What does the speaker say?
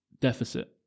deficit